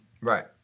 Right